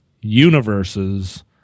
universes